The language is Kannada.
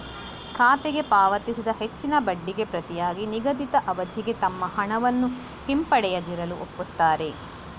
ಖಾತೆಗೆ ಪಾವತಿಸಿದ ಹೆಚ್ಚಿನ ಬಡ್ಡಿಗೆ ಪ್ರತಿಯಾಗಿ ನಿಗದಿತ ಅವಧಿಗೆ ತಮ್ಮ ಹಣವನ್ನು ಹಿಂಪಡೆಯದಿರಲು ಒಪ್ಪುತ್ತಾರೆ